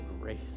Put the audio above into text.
grace